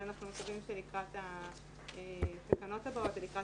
אבל אנחנו מקווים שלקראת התקנות הבאות ולקראת